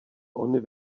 ony